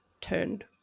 turned